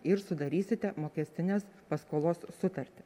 ir sudarysite mokestinės paskolos sutartį